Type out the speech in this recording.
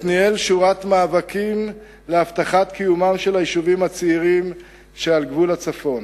עת ניהל שורת מאבקים להבטחת קיומם של היישובים הצעירים שעל גבול הצפון.